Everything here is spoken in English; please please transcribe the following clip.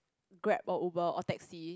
grab or uber or taxi